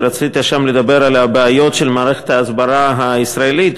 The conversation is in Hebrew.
ורצית שם לדבר על הבעיות של מערכת ההסברה הישראלית.